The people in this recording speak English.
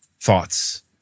thoughts